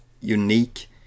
unique